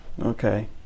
Okay